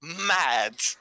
mad